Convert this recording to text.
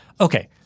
Okay